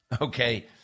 Okay